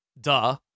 Duh